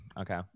Okay